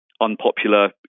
Unpopular